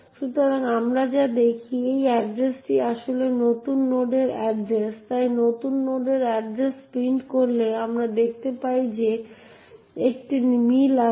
সুতরাং আমরা যা দেখি যে এই এড্রেসটি আসলে নতুন নোডের এড্রেস তাই নতুন নোডের এড্রেস প্রিন্ট করলে আমরা দেখতে পাই যে একটি মিল আছে